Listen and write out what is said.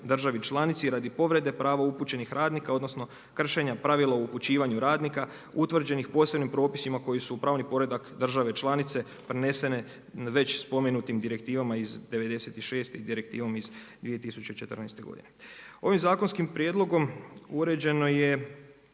državi članici radi povrede prava upućenih radnika odnosno kršenja pravila o upućivanju radnika utvrđenih posebnim propisima koji su u pravni poredak države članice prenesene već spomenutim direktivama iz '96 i direktivom iz 2014. godine. Ovim zakonskim prijedlogom uređeno je